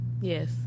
Yes